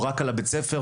או רק על בית הספר,